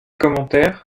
commentaires